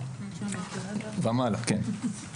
ומעלה, כן.